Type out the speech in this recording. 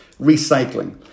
recycling